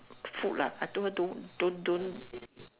food lah I told her to don't don't